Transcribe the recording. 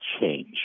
change